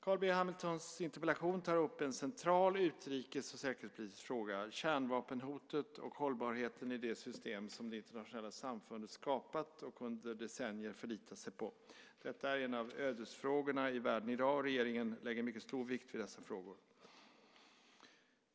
Carl B Hamiltons interpellation tar upp en central utrikes och säkerhetspolitisk fråga, kärnvapenhotet och hållbarheten i det system som det internationella samfundet skapat och under decennier förlitat sig på. Detta är en av ödesfrågorna i världen i dag. Regeringen lägger mycket stor vikt vid dessa frågor.